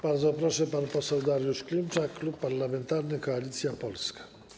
Bardzo proszę, pan poseł Dariusz Klimczak, Klub Parlamentarny Koalicja Polska.